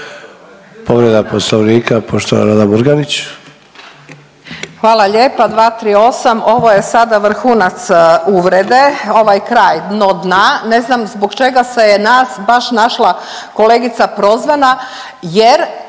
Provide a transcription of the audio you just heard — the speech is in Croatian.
Povreda Poslovnika, poštovana Nada Murganić.